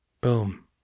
Boom